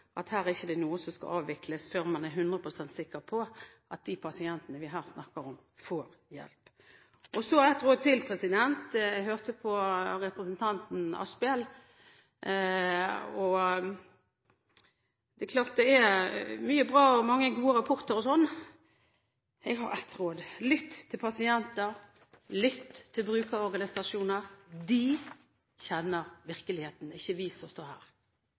her er det ikke noe som skal avvikles før man er 100 pst. sikker på at de pasientene vi her snakker om, får hjelp. Så et råd til – jeg hørte på representanten Asphjell. Det er klart at det er mye bra og mange gode rapporter osv. Rådet er: Lytt til pasienter, lytt til brukerorganisasjoner. De kjenner virkeligheten – ikke vi som står her.